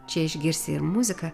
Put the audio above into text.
čia išgirsi ir muziką